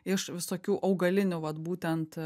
iš visokių augalinių vat būtent